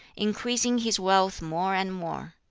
increasing his wealth more and more.